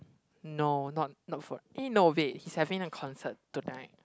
no not not for eh no wait he's having a concert tonight